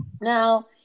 Now